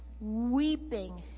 weeping